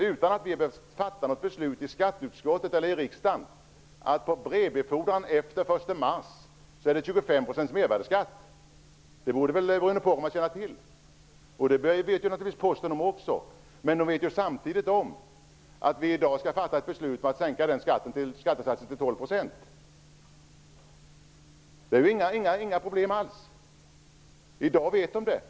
Utan att vi behöver fatta något beslut i skatteutskottet eller i riksdagen är det 25 % Det borde Bruno Poromaa känna till. Det vet man naturligtvis om på Posten också, men man vet samtidigt att vi i dag skall fatta ett beslut om att sänka den skattesatsen till 12 %. Det är inga problem alls.